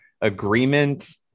agreement